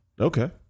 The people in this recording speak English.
Okay